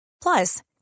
Plus